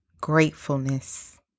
gratefulness